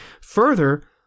Further